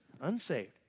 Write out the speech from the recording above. Unsaved